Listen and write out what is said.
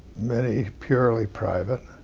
many purely private,